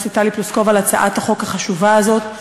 הכנסת טלי פלוסקוב על הצעת החוק החשובה הזאת,